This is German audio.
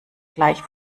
gleich